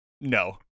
No